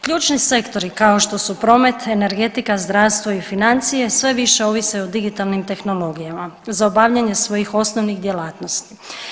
Ključni sektori kao što su promet, energetika, zdravstvo i financije, sve više ovise o digitalnim tehnologijama za obavljanje svojih osnovnih djelatnosti.